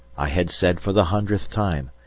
i had said for the hundredth time,